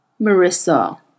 Marissa